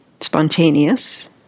Spontaneous